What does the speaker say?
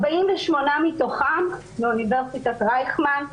48 מתוכם מאוניברסיטת רייכמן,